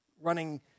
running